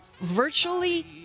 virtually